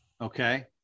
Okay